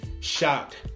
shocked